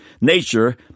Nature